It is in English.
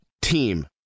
team